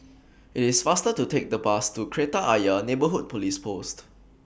IT IS faster to Take The Bus to Kreta Ayer Neighbourhood Police Post